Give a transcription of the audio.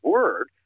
Word